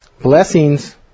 Blessings